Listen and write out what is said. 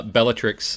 Bellatrix